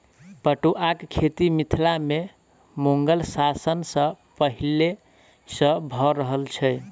पटुआक खेती मिथिला मे मुगल शासन सॅ पहिले सॅ भ रहल छै